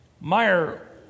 Meyer